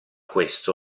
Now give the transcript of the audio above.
questo